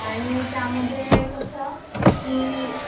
आणि त्यामध्ये कसं की